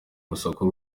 urusaku